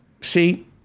See